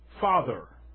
father